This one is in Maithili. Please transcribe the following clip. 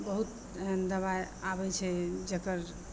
बहुत एहेन दबाइ आबै छै जेकर